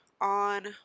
on